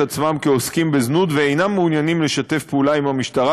עצמם כעוסקים בזנות ואינם מעוניינים לשתף פעולה עם המשטרה,